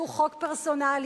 שהוא חוק פרסונלי,